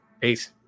Peace